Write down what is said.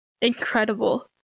Incredible